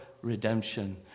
redemption